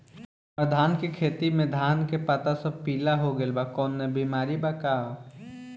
हमर धान के खेती में धान के पता सब पीला हो गेल बा कवनों बिमारी बा का?